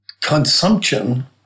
consumption